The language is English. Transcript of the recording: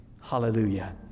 Hallelujah